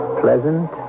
pleasant